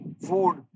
food